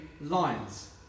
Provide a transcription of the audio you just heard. lines